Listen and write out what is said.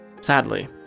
Sadly